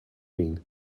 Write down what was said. mean